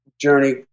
journey